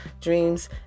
dreams